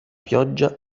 pioggia